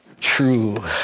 true